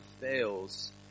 fails